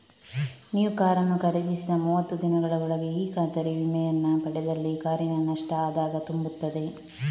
ನೀವು ಕಾರನ್ನು ಖರೀದಿಸಿದ ಮೂವತ್ತು ದಿನಗಳ ಒಳಗೆ ಈ ಖಾತರಿ ವಿಮೆಯನ್ನ ಪಡೆದಲ್ಲಿ ಕಾರಿನ ನಷ್ಟ ಆದಾಗ ತುಂಬುತ್ತದೆ